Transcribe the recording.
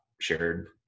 shared